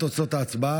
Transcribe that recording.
התשפ"ד 2023,